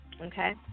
okay